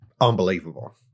Unbelievable